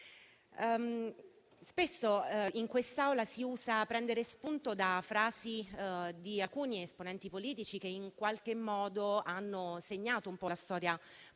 spesso in quest'Assemblea si usa prendere spunto da frasi di alcuni esponenti politici che in qualche modo hanno segnato la storia politica